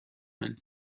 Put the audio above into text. one